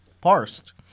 parsed